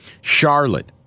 Charlotte